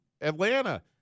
Atlanta